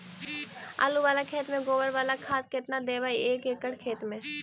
आलु बाला खेत मे गोबर बाला खाद केतना देबै एक एकड़ खेत में?